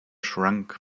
shrunk